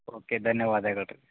okay ಧನ್ಯವಾದಗಳು